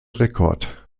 rekord